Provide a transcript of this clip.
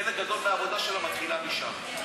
חלק גדול מהעבודה שלה מתחיל משם.